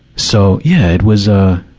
so, yeah, it was, ah,